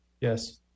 Yes